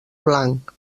blanc